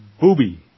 Booby